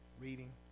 Reading